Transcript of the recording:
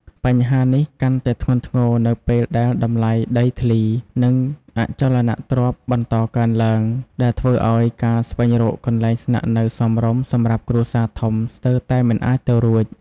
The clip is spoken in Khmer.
បញ្ហានេះកាន់តែធ្ងន់ធ្ងរនៅពេលដែលតម្លៃដីធ្លី និងអចលនទ្រព្យបន្តកើនឡើង ដែលធ្វើឱ្យការស្វែងរកកន្លែងស្នាក់នៅសមរម្យសម្រាប់គ្រួសារធំស្ទើរតែមិនអាចទៅរួច។